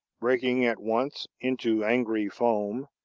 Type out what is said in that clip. breaking at once into angry foam,